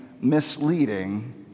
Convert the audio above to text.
misleading